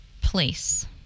place